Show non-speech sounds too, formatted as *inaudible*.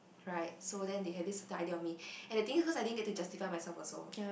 right so then they have this certain idea of me *breath* and the thing is I didn't get to justify myself also